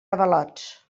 avalots